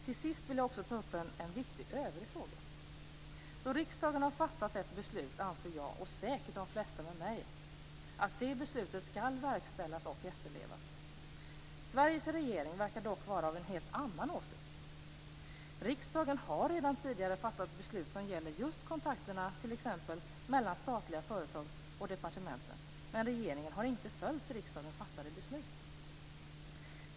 Till sist vill jag också ta upp en viktig övrig fråga. Då riksdagen har fattat ett beslut anser jag, och säkert de flesta med mig, att det beslutet skall verkställas och efterlevas. Sveriges regering verkar dock vara av en helt annan åsikt. Riksdagen har redan tidigare fattat beslut som gäller just kontakterna mellan t.ex. statliga företag och departementen, men regeringen har inte följt riksdagens fattade beslut.